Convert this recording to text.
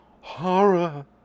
Horror